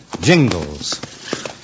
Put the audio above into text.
Jingles